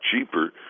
cheaper